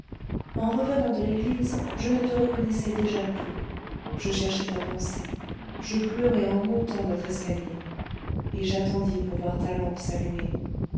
en revenant de l'église je te ne reconnaissais déjà plus je cherchais ta pensée je pleurai en montant notre escalier et j'attendis pour voir ta lampe s'allumer